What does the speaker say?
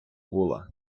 була